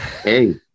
Hey